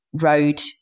road